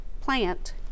plant